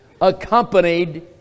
accompanied